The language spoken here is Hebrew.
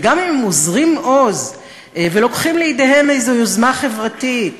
וגם אם הם אוזרים עוז ולוקחים לידיהם איזו יוזמה חברתית,